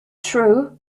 true